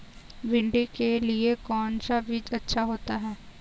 भिंडी के लिए कौन सा बीज अच्छा होता है?